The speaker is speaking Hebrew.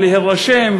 ולהירשם,